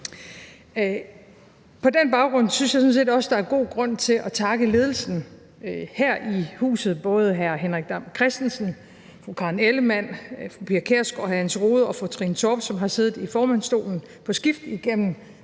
På den baggrund synes jeg sådan set også der er god grund til at takke ledelsen her i huset, både hr. Henrik Dam Kristensen, fru Karen Ellemann, fru Pia Kjærsgaard, hr. Jens Rohde og fru Trine Torp, som har siddet i formandsstolen på skift igennem